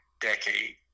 decade